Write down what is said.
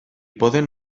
poden